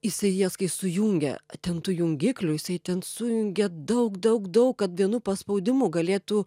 isai jas kai sujungia ten tų jungiklių jisai ten sujungia daug daug daug kad vienu paspaudimu galėtų